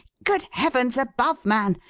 good heavens above, man!